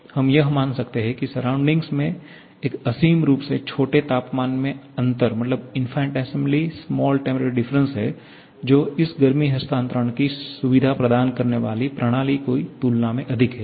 इसलिए हम यह मान सकते हैं कि सराउंडिंग में एक असीम रूप से छोटे तापमान में अंतर है जो इस गर्मी हस्तांतरण की सुविधा प्रदान करने वाली प्रणाली की तुलना में अधिक है